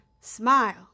smile